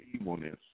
evilness